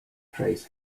phrase